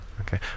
Okay